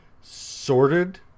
sorted